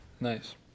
Nice